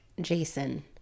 jason